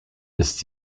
ist